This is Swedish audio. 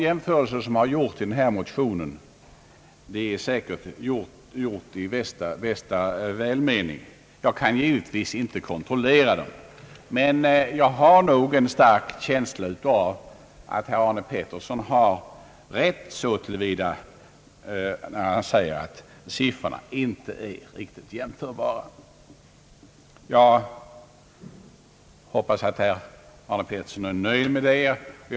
Jämförelserna i denna motion har säkert gjorts i bästa välmening. Jag kan givetvis inte kontrollera dem, men jag har nog en stark känsla av att herr Arne Pettersson så till vida har rätt, att siffrorna inte är riktigt jämförbara. Jag hoppas att herr Arne Pettersson är nöjd med detta svar.